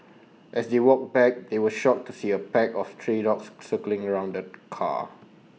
as they walked back they were shocked to see A pack of stray dogs circling around the car